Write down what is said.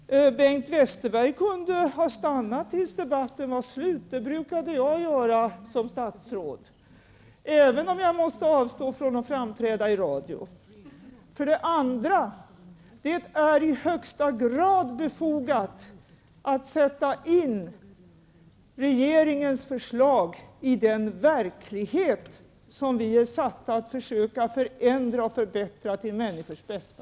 Herr talman! För det första kunde Bengt Westerberg ha stannat tills debatten var slut. Det brukade jag göra som statsråd, även om jag måste avstå från att framträda i radio. För det andra är det i högsta grad befogat att sätta in regeringens förslag i den verklighet som vi är satta att försöka förändra och förbättra till människors bästa.